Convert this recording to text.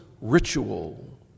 ritual